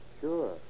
Sure